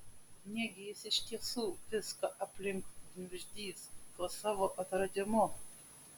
negi jis iš tiesų viską aplink gniuždys tuo savo atradimu